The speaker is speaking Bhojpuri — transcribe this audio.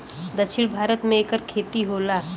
दक्षिण भारत मे एकर खेती होला